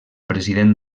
president